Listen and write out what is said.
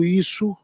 isso